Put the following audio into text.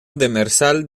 demersal